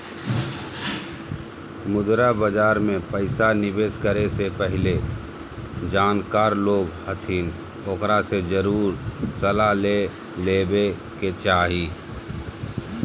मुद्रा बाजार मे पैसा निवेश करे से पहले जानकार लोग हथिन ओकरा से जरुर सलाह ले लेवे के चाही